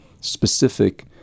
specific